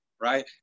right